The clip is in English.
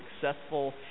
successful